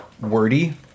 wordy